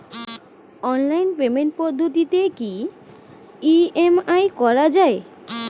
Online পেমেন্টের পদ্ধতিতে কি ই.এম.আই করা যায়?